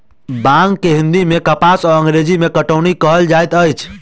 बांग के हिंदी मे कपास आ अंग्रेजी मे कौटन कहल जाइत अछि